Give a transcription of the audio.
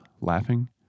laughing